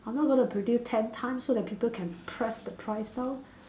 I'm not going to produce ten tons so that people can press the price down